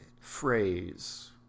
phrase